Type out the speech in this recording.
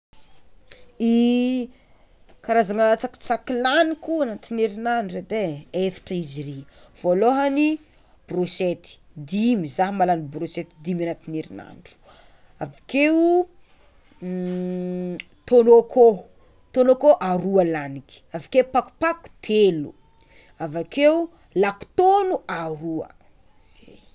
I karazana tsakitsaky laniko agnatin'ny herignandro edy e, efatra izy regny, voalohagny brochety dimy zah mahalagny brochety dimy agnatin'ny herignandro, avekeo tôno akoho tôno akoho aroa laniky, avakeo pakopako telo, avakeo lako tono aroa zay.